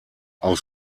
auch